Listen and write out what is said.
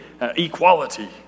equality